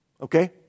Okay